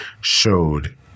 showed